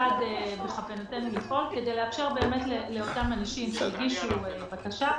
כיצד בכוונתנו לפעול כדי לאפשר לאותם אנשים שהגישו בקשה,